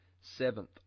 seventh